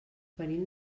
venim